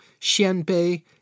Xianbei